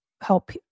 help